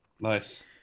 nice